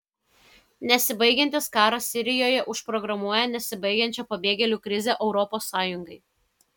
nesibaigiantis karas sirijoje užprogramuoja nesibaigiančią pabėgėlių krizę europos sąjungai